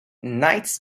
knights